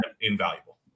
invaluable